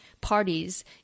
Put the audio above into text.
parties